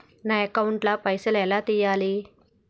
నా అకౌంట్ ల పైసల్ ఎలా తీయాలి?